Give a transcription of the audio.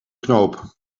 knoop